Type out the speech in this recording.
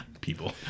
people